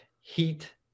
heat